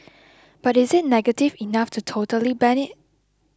but is it negative enough to totally ban it